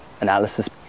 analysis